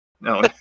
No